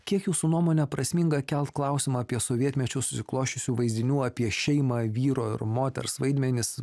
kiek jūsų nuomone prasminga kelt klausimą apie sovietmečiu susiklosčiusių vaizdinių apie šeimą vyro ir moters vaidmenis